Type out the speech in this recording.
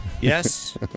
Yes